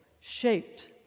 shaped